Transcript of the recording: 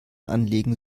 anlegen